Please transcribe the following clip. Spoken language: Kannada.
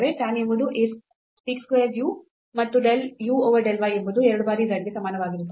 tan ಎಂಬುದು a sec square u ಮತ್ತು del u over del y ಎಂಬುದು 2 ಬಾರಿ z ಗೆ ಸಮಾನವಾಗಿರುತ್ತದೆ